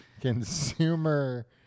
Consumer